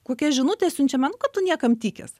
kokia žinutė siunčiama nu kad tu niekam tikęs